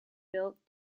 built